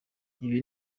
ibi